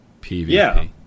PVP